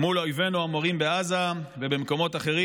מול אויבינו המרים בעזה ובמקומות אחרים.